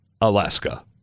Alaska